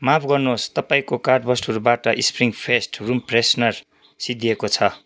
माफ गर्नुहोस् तपाईँको कार्ट वस्तुहरूबाट स्प्रिङ फेस्ट रुम फ्रेसनर सिद्धिएको छ